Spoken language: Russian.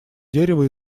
дерево